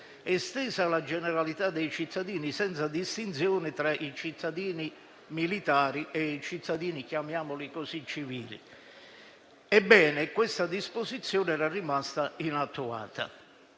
estesa alla generalità dei cittadini, senza distinzioni tra i cittadini militari e i cittadini - chiamiamoli così - civili. Ebbene, questa disposizione era rimasta inattuata,